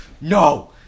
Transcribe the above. No